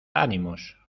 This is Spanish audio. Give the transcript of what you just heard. ánimos